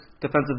defensive